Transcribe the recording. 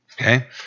Okay